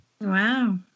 Wow